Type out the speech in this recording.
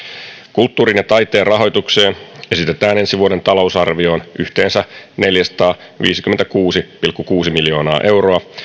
kulttuurin ja taiteen rahoitukseen esitetään ensi vuoden talousarvioon yhteensä neljäsataaviisikymmentäkuusi pilkku kuusi miljoonaa euroa